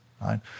right